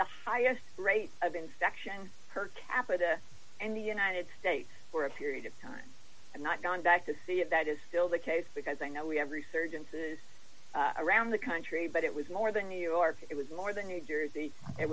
the highest rate of infection per capita and the united states for a period of time and not going back to see if that is still the case because i know we have resurgence is around the country but it was more than new york it was more than new jersey it